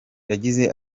yagize